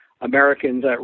americans